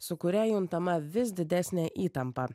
su kuria juntama vis didesnė įtampa